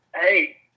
hey